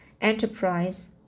enterprise